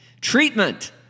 Treatment